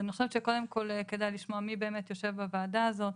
אז אני חושבת שקודם כל כדאי לשמוע מי באמת יושב בוועדה הזו,